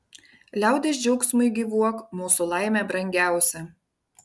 liaudies džiaugsmui gyvuok mūsų laime brangiausia